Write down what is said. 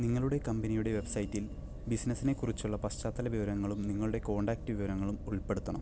നിങ്ങളുടെ കമ്പനിയുടെ വെബ്സൈറ്റിൽ ബിസിനസ്സിനെ കുറിച്ചുള്ള പശ്ചാത്തല വിവരങ്ങളും നിങ്ങളുടെ കോൺടാക്റ്റ് വിവരങ്ങളും ഉൾപ്പെടുത്തണം